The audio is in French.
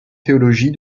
théologie